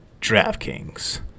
DraftKings